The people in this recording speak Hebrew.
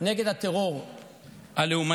נגד הטרור הלאומני